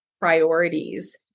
priorities